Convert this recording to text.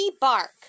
bark